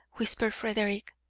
whispered frederick.